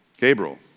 Gabriel